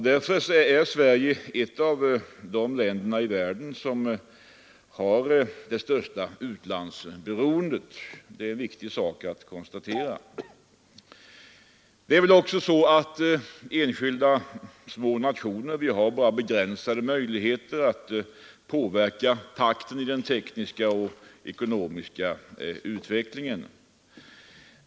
Därför är Sverige ett av de länder i världen som har det största utlandsberoendet. Det är en viktig sak att konstatera. Enskilda små nationer har bara begränsade möjligheter att påverka takten i den tekniska och ekonomiska utvecklingen.